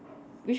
which one